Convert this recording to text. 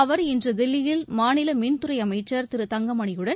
அவர் இன்று தில்லியில் இன்று மாநில மின்துறை அமைச்சர் திரு தங்கமணியுடன்